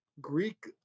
Greek